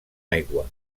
aigua